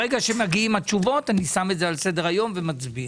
ברגע שמגיעות התשובות אני שם את זה על סדר היום ומצביע.